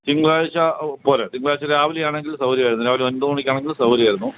തിങ്കളാഴ്ച പോരൂ തിങ്കളാഴ്ച രാവിലെയാണെങ്കില് സൗകര്യമായിരുന്നു രാവിലെ ഒന്പത് മണിക്കാണെങ്കില് സൗകര്യമായിരുന്നു